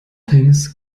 things